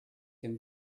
can